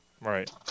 Right